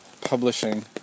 publishing